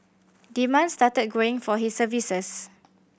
demand started growing for his services